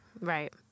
Right